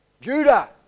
Judah